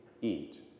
eat